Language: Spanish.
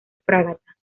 fragata